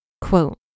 Quote